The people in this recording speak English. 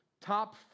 top